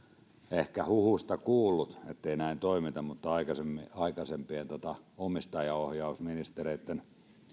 ehkä huhusta kuullut ettei näin toimita mutta aikaisempien omistajaohjausministereitten